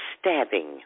stabbing